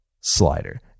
slider